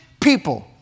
people